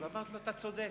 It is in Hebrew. אמרתי לו: אתה צודק,